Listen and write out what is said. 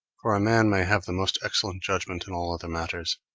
for a man may have the most excellent judgment in all other matters,